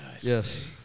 Yes